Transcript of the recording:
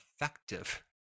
effective